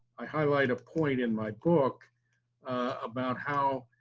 i highlight a point in my book about how